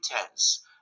intense